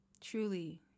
Truly